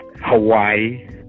Hawaii